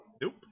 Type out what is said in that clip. nope